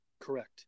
Correct